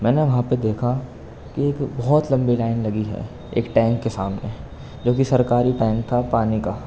میں نے وہاں پہ دیکھا کہ ایک بہت لمبی لائن لگی ہے ایک ٹینک کے سامنے جو کہ سرکاری ٹینک تھا پانی کا